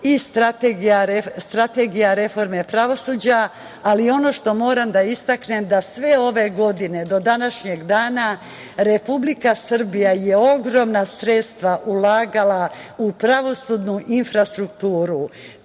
i Strategija reforme pravosuđa. Ono što moram da istaknem jeste da je sve ove godine do današnjeg dana Republika Srbija ogromna sredstva ulagala u pravosudnu infrastrukturu.